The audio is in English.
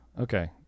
Okay